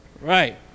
right